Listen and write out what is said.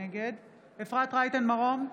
נגד אפרת רייטן מרום,